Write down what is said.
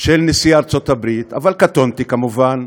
של נשיא ארצות-הברית, אבל קטונתי כמובן,